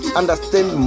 understand